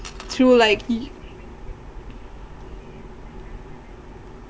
through like